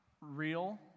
real